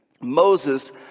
Moses